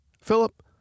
Philip